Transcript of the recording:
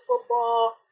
football